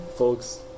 Folks